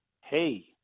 hey